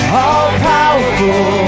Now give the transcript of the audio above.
all-powerful